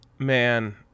man